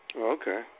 Okay